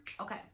Okay